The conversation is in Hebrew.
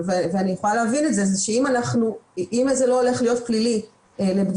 וכולנו צריכים לאמץ אותה ולהיות עקביים.